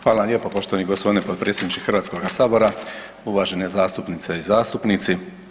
Hvala vam lijep poštovani gospodine potpredsjedniče Hrvatskoga sabora, uvažene zastupnice i zastupnici.